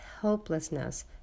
helplessness